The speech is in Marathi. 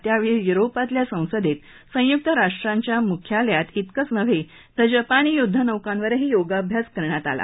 त्यावेळी युरोपातल्या संसदेत संयुक्त राष्ट्रांच्या मुख्यालयात व्रिकंच नव्हे तर जपानी युद्धनौकांवरही योगाभ्यास करण्यात आला